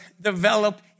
develop